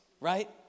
right